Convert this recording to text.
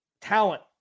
talent